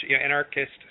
anarchist